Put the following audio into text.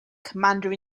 commander